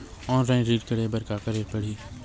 Online ऋण करे बर का करे ल पड़हि?